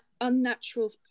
unnatural